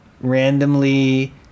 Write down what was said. randomly